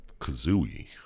Kazooie